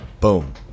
Boom